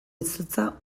izotza